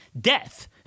death